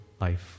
life